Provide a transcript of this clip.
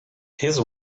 his